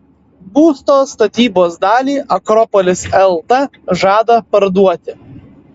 būsto statybos dalį akropolis lt žada parduoti